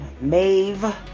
Maeve